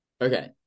Okay